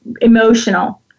emotional